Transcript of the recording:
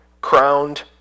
crowned